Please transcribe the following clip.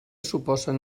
suposen